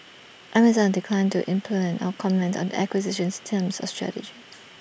Amazon declined to implant out comment on the acquisition's terms or strategy